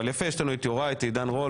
אבל יפה, יש לנו את יוראי, את עידן רול